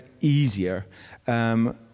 easier